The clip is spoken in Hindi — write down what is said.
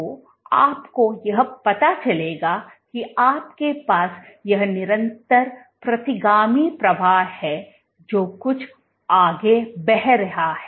तो आपको यह पता चलेगा कि आपके पास यह निरंतर प्रतिगामी प्रवाह है जो कुछ आगे बह रहा है